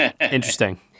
Interesting